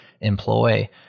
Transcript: employ